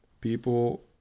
People